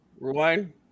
Rewind